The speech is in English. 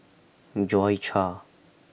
Joi Chua